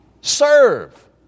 Serve